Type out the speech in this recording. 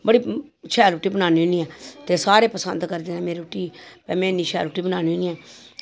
बड़ी शैल रुट्टी बनाई लैन्नी होन्नी आं ते सारे पसंद करदे मेरी रुट्टी गी कि भई में इन्नी शैल रुट्टी बनान्नी होन्नी आं